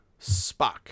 Spock